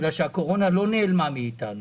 בגלל שהקורונה לא נעלמה מאתנו.